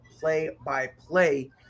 play-by-play